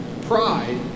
pride